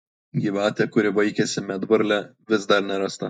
gyvatė kuri vaikėsi medvarlę vis dar nerasta